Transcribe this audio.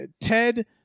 Ted